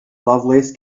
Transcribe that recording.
lovelace